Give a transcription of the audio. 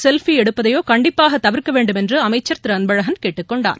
selfie எடுப்பதையோ கண்டிப்பாக தவிர்க்க வேண்டும் என்று அமைச்சர் திரு அன்பழகன் கேட்டுக் கொண்டார்